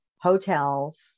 hotels